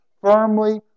firmly